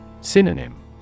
Synonym